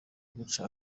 guca